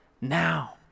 now